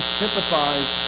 sympathize